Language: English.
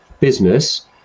business